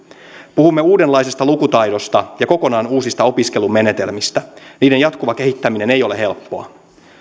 puhumme uudenlaisesta lukutaidosta ja kokonaan uusista opiskelun menetelmistä niiden jatkuva kehittäminen ei ole helppoa